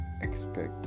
expect